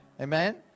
amen